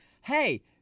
Hey